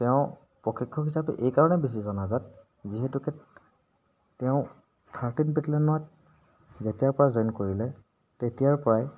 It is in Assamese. তেওঁ প্ৰশিক্ষক হিচাপে এইকাৰণে বেছি জননাজাত যিহেতুকে তেওঁ থাৰ্টিন বেটেলিয়েনত যেতিয়াৰ পৰা জইন কৰিলে তেতিয়াৰ পৰাই